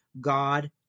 god